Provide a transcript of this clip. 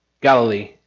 Galilee